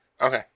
Okay